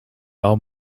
are